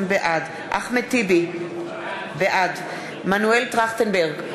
בעד אחמד טיבי, בעד מנואל טרכטנברג,